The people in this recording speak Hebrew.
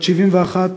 בת 71,